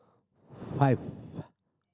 five